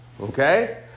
Okay